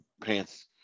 pants